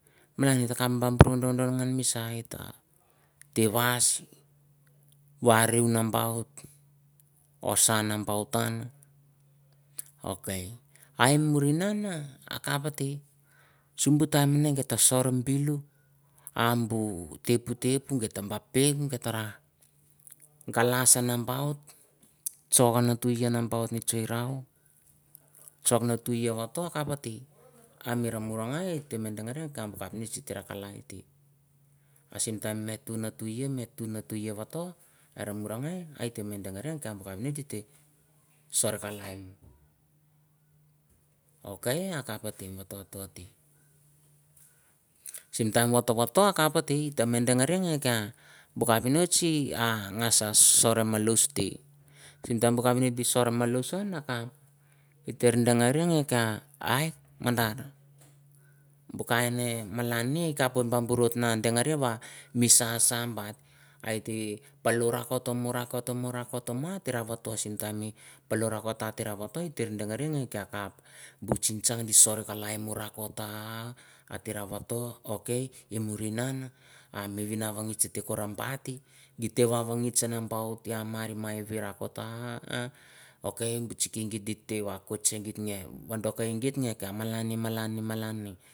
Malan hita kaph burr ron, gan misha eh tah teh what, shh, wari ah nambaut, hossah nambaut tah han, ok hia murr hinan akaph teh. Sim buh time maneh giteh sorh mi bih luh, ah buh teth pah teth gita bah pang, get hara, get hara, galas nambaut. Sorh han tu yan nambaut mi chirr roha, chak noh tuh you woho toh yan akaph ah teh. Hari marrra gai, hitarrah dangareh kaph ha capnist hitarah kalai teh, ah sim time tuh nah tuh yan, mi tu nah tu yan wohoto hare mura ghai, hai tah dang ehrah buh capnist hite sorh noh kalai. Ok akaph teh mi toh, toh tih, sim time hote wohotoh, hoteh meh dang hareh buh capnist, ho gash shorr na malan lus teh, sim time gih sorh mah lus han ah kaph, gita rah dangah reh geh khi yah, hia mandarr. Buh kah in neh malaneh, kaph kah buh reh dang eh rah wah mi sha, sha bah tih hia yhi, paloh rahkoto moh rakot toh moh rakoh tohmoh tara woho toh, sim time paloh rakot hita rah dang ah reh kih kaph ghu tsing tsang wok ghist teh korr ambat teh wah wah gist nambaut mia mirra rakot ah. Ok chikih geteh woh cohte seh giteh giah malaneh, malaneh.